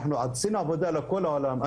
עשינו עבודה לכל העולם.